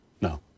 No